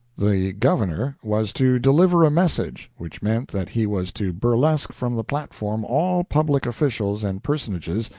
the governor was to deliver a message, which meant that he was to burlesque from the platform all public officials and personages,